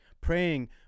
praying